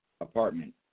apartment